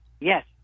Yes